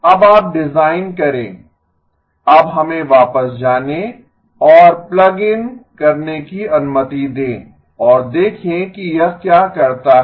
अब आप डिजाइन करें अब हमें वापस जाने और प्लग इन करने की अनुमति दें और देखें कि यह क्या करता है